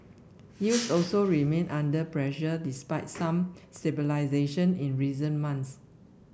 yields also remain under pressure despite some stabilisation in recent months